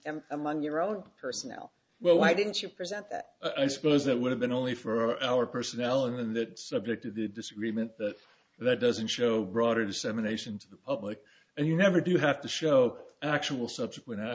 been among your own personnel well why didn't you present that i suppose that would have been only for our personnel in that subject of the disagreement that doesn't show broader dissemination to the public and you never do have to show actual subject when